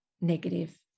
negative